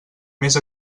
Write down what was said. més